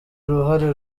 uruhare